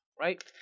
Right